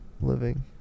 living